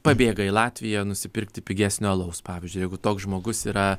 pabėga į latviją nusipirkti pigesnio alaus pavyzdžiui jeigu toks žmogus yra